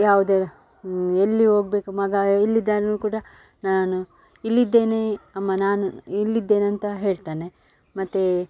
ಯಾವ್ದ್ ಎಲ್ಲಿ ಹೋಗ್ಬೇಕು ಮಗ ಎಲ್ಲಿದ್ದರು ಕೂಡ ನಾನು ಇಲ್ಲಿದ್ದೇನೆ ಅಮ್ಮ ನಾನು ಇಲ್ಲಿದ್ದೇನಂತ ಹೇಳ್ತಾನೆ ಮತ್ತು